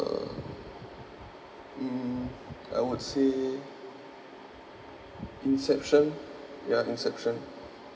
um mm I would say inception ya inception